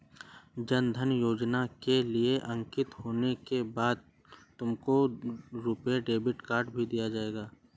जन धन योजना के लिए अंकित होने के बाद तुमको रुपे डेबिट कार्ड भी दिया जाएगा